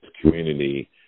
community